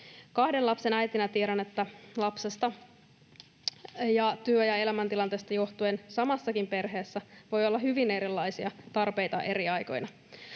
Kahden lapsen äitinä tiedän, että lapsesta ja työ- ja elämäntilanteesta johtuen samassakin perheessä voi olla hyvin erilaisia tarpeita eri aikoina.